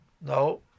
No